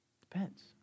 Depends